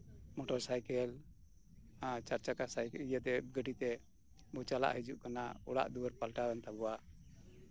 motor cycle ᱮᱫ ᱪᱟᱨᱪᱟᱠᱟ ᱤᱭᱟᱹ ᱛᱮ ᱜᱟᱹᱰᱤ ᱛᱮ ᱵᱚᱱ ᱪᱟᱞᱟᱜ ᱦᱤᱡᱩᱜ ᱠᱟᱱᱟ ᱚᱲᱟᱜ ᱫᱩᱣᱟᱹᱨ ᱯᱟᱞᱴᱟᱣ ᱮᱱ ᱛᱟᱵᱚᱱᱟ